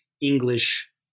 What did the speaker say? English